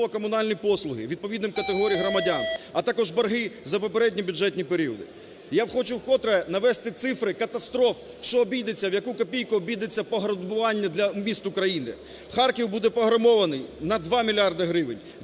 житлово-комунальні послуги відповідним категоріям громадян, а також борги за попередні бюджетні періоди. Я хочу вкотре навести цифри катастроф, у що обійдеться, в яку копійку обійдеться пограбування для міст України. Харків буде пограбований на 2 мільярди